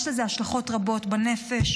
יש לזה השלכות רבות בנפש,